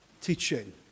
teaching